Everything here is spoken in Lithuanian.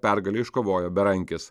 pergalę iškovojo berankis